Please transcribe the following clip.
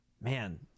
man